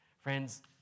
Friends